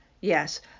yes